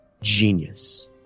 genius